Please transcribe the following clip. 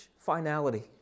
finality